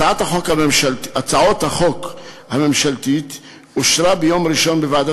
הצעת החוק הממשלתית אושרה ביום ראשון בוועדת